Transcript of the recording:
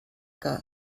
que